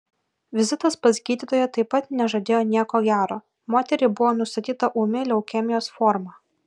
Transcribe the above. vizitas pas gydytoją taip pat nežadėjo nieko gero moteriai buvo nustatyta ūmi leukemijos forma